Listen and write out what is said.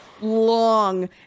long